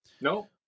no